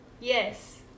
Yes